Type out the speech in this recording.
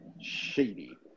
Shady